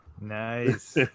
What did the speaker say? Nice